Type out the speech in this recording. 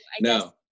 no